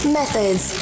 methods